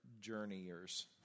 journeyers